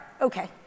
okay